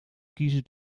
kiezen